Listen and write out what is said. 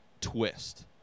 twist